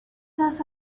does